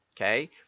okay